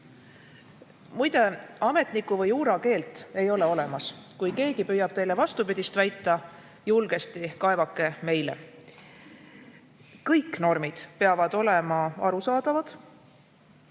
Muide, ametniku‑ või juurakeelt ei ole olemas. Kui keegi püüab teile vastupidist väita, julgesti kaevake meile. Kõik normid peavad olema arusaadavad,